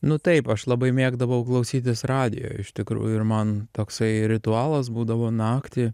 nu taip aš labai mėgdavau klausytis radijo iš tikrųjų ir man toksai ritualas būdavo naktį